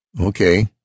Okay